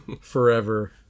forever